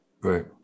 Right